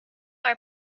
are